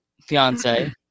fiance